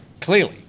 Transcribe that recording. clearly